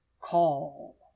call